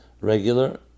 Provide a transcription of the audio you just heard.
regular